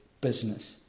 business